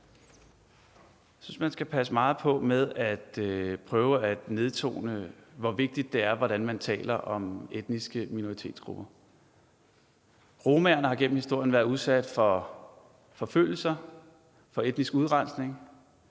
Jeg synes, man skal passe meget på med at prøve at nedtone, hvor vigtigt det er, hvordan man taler om etniske minoritetsgrupper. Romaerne har gennem historien været udsat for forfølgelser, for etnisk udrensning.